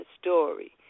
story